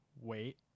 wait